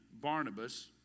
Barnabas